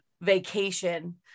vacation